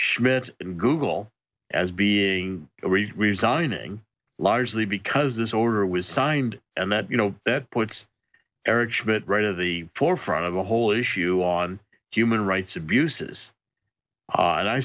schmidt and google as being a resigning largely because this order was signed and that you know that puts eric schmidt right to the forefront of the whole issue on human rights abuses and i